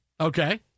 Okay